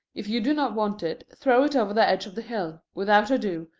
if you do not want it, throw it over the edge of the hill, without ado,